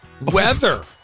Weather